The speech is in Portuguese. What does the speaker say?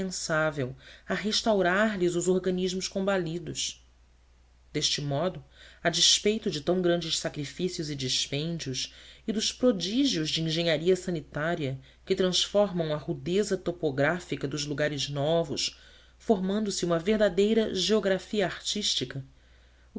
indispensável a restaurar lhes os organismos combalidos deste modo a despeito de tão grandes sacrifícios e dispêndios e dos prodígios de engenharia sanitária que transformam a rudeza topográfica dos lugares novos formando se uma verdadeira geografia artística